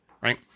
right